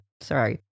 sorry